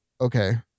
Okay